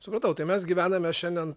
supratau tai mes gyvename šiandien